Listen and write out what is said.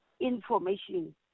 information